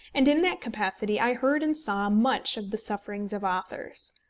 and in that capacity i heard and saw much of the sufferings of authors.